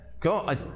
go